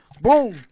Boom